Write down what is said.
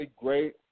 great